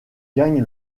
gagne